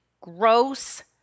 gross